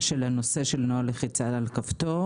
לגבי הנושא של נוהל לחיצה על כפתור.